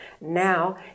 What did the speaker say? Now